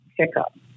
pickup